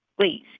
Please